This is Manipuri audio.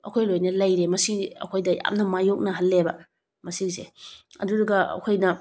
ꯑꯩꯈꯣꯏ ꯂꯣꯏꯅ ꯂꯩꯔꯦ ꯃꯁꯤ ꯑꯩꯈꯣꯏꯗ ꯌꯥꯝꯅ ꯃꯥꯏꯌꯣꯛꯅꯍꯜꯂꯦꯕ ꯃꯁꯤꯁꯦ ꯑꯗꯨꯗꯨꯒ ꯑꯩꯈꯣꯏꯅ